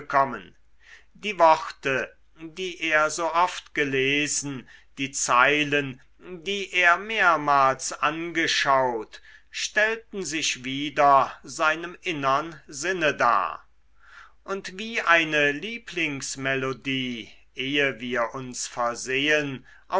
die worte die er so oft gelesen die zeilen die er mehrmals angeschaut stellten sich wieder seinem innern sinne dar und wie eine lieblingsmelodie ehe wir uns versehen